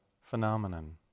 phenomenon